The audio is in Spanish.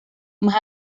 más